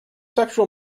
sexual